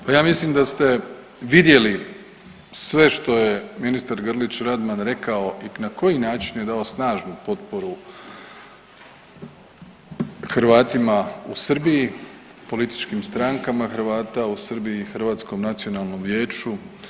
Pa ja mislim da ste vidjeli sve što je ministar Grlić Radman rekao i na koji način je dao snažnu potporu Hrvatima u Srbiji, političkim strankama Hrvata u Srbiji i Hrvatskom nacionalnom vijeću.